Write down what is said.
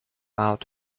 out